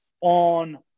on